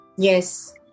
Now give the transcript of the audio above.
Yes